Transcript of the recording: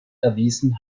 erwiesen